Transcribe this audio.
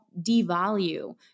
devalue